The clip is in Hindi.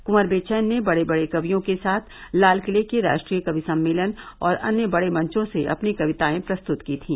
कुंवर बेचैन ने बड़े बड़े कवियों के साथ लालकिले के राष्ट्रीय कवि सम्मेलन और अन्य बड़े मन्चों से अपनी कविताए प्रस्तुत की थी